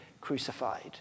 crucified